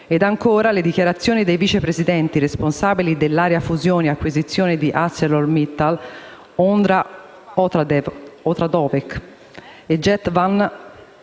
E ancora, le dichiarazioni dei vicepresidenti, responsabili dell'area fusioni e acquisizioni di ArcelorMittal, Ondra Otradovec e Geert Van